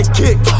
kick